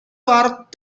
worth